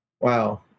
wow